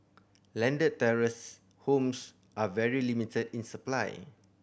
landed terrace homes are very limited in supply